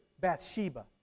Bathsheba